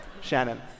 Shannon